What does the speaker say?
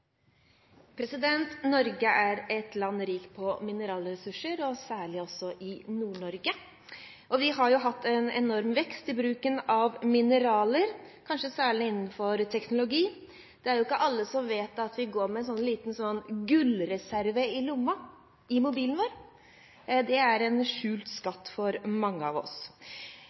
et land som er rikt på mineralressurser, og særlig i Nord-Norge. Vi har hatt en enorm vekst i bruken av mineraler – kanskje særlig innenfor teknologi. Det er ikke alle som vet at vi går med en liten gullreserve i lomma, i mobilen vår. Det er en skjult skatt for mange av oss.